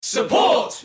Support